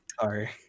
sorry